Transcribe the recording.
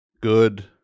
good